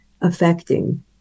affecting